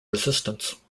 resistance